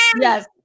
Yes